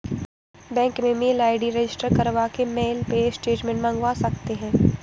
bank में mail ID register करवा के मेल पे स्टेटमेंट मंगवा सकते है